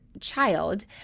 child